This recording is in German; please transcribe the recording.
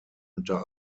unter